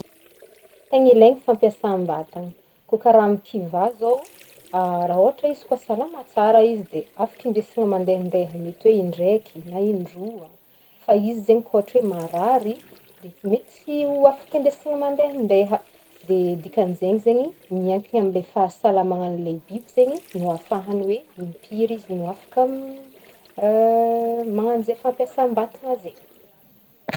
Tegna ilaigny ny fampiasambatana, ko karaha amin'ny kivà zao raha ohatra izy kô salama tsara izy dia afaka hindesina mandehandeha dia mety hoe indraiky na indroa, fa izy zegny ohatra koa hoe marary mety tsy ho afaka hindesina mandehandeha dia dikan'zegny zegny miankina amin'ilay fahasalamagnan'ilay biby zegny no ahafahany hoe impiry izy no afaka magnagno izay fampiasam-batana izey.